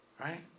Right